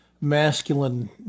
masculine